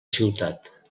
ciutat